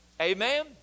Amen